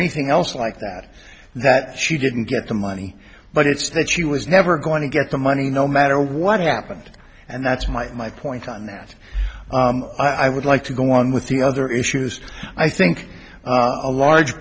anything else like that that she didn't get the money but it's that she was never going to get the money no matter what happened and that's my my point on that i would like to go on with the other issues i think a large